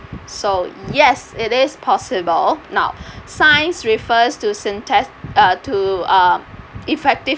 so yes it is possible now science refers to synthe~ uh to uh effective